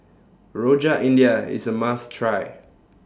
Rojak India IS A must Try